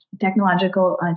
technological